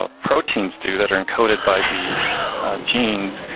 ah proteins do that are encoded by these genes,